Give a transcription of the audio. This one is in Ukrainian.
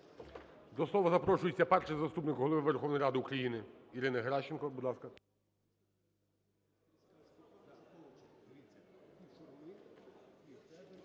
До слова запрошується Перший заступник Голови Верховної Ради України Ірина Геращенко.